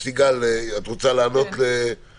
סיגל, את רוצה לענות לדברים?